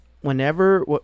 whenever